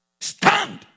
Stand